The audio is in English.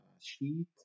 sheet